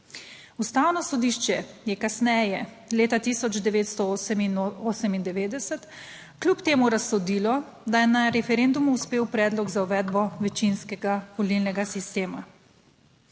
Ustavno sodišče je kasneje, leta 1998, kljub temu razsodilo, da je na referendumu uspel predlog za uvedbo večinskega volilnega sistema.